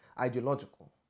ideological